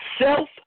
self